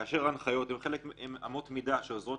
כאשר ההנחיות הן אמות מידה שעוזרות